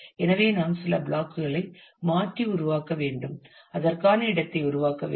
எனவே நாம் சில பிளாக் களை மாற்றி உருவாக்க வேண்டும் அதற்கான இடத்தை உருவாக்க வேண்டும்